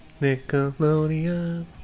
Nickelodeon